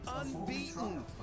unbeaten